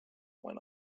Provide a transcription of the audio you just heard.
went